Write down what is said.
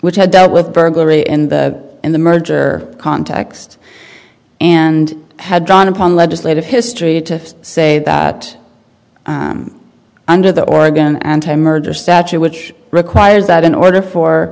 which had dealt with burglary in the in the merger context and had drawn upon legislative history to say that under the oregon anti murder statute which requires that in order for